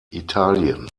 italien